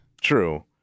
True